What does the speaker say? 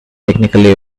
technically